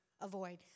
avoid